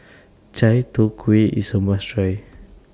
Chai Tow Kuay IS A must Try